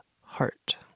heart